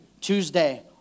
Tuesday